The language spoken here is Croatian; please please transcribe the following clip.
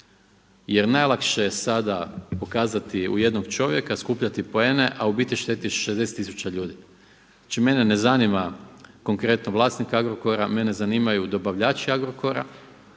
jer najlakše je sada pokazati u jednog čovjeka, skupljati poene a u biti šteti 60 tisuća ljudi. Znači mene ne zanima konkretno vlasnik Agrokora, mene zanimaju dobavljači Agrokora,